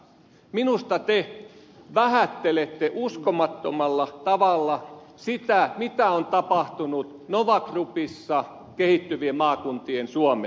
minusta te vähättelette uskomattomalla tavalla sitä mitä on tapahtunut nova groupissa kehittyvien maakuntien suomessa